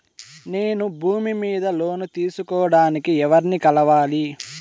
నేను భూమి మీద లోను తీసుకోడానికి ఎవర్ని కలవాలి?